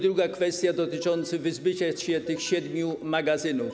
Druga kwestia, dotycząca wyzbycia się tych siedmiu magazynów: